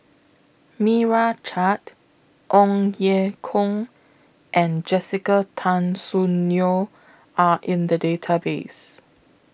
Meira Chand Ong Ye Kung and Jessica Tan Soon Neo Are in The Database